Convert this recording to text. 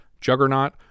Juggernaut